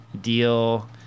deal